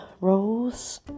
Rose